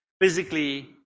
physically